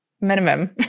minimum